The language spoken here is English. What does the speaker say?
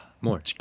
More